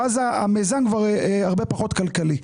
ואז המיזם כבר נהיה הרבה פחות כלכלי.